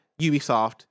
Ubisoft